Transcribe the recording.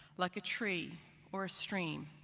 like a tree or a stream,